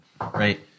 right